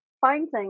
finding